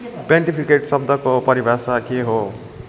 pontificate शब्दको परिभाषा के हो